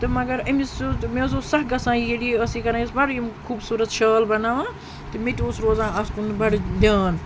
تہٕ مگر أمِس سُہ مےٚ حظ اوس سَکھ گژھان ییلہِ یہِ ٲس یہِ کَران یہِ ٲسۍ بَڑٕ یِم خوٗبصوٗرت شال بَناوان تہٕ مےٚ تہِ اوس روزان اَتھ کُن بَڑٕ دیان